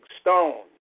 stone